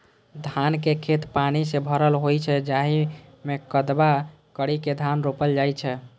धानक खेत पानि सं भरल होइ छै, जाहि मे कदबा करि के धान रोपल जाइ छै